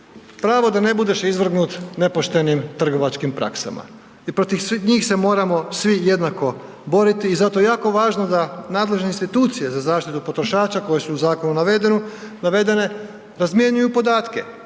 pravo da ne budeš izvrgnut nepoštenim trgovačkim praksama i protiv njih se moramo svi jednako boriti i zato je jako važno da nadležne institucije za zaštitu potrošača koje su u zakonu navedene razmjenjuju podatke,